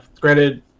granted